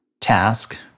task